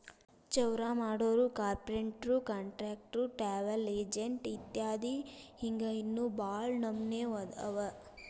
ಚೌರಾಮಾಡೊರು, ಕಾರ್ಪೆನ್ಟ್ರು, ಕಾನ್ಟ್ರಕ್ಟ್ರು, ಟ್ರಾವಲ್ ಎಜೆನ್ಟ್ ಇತ್ಯದಿ ಹಿಂಗ್ ಇನ್ನೋ ಭಾಳ್ ನಮ್ನೇವ್ ಅವ